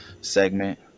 segment